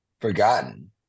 forgotten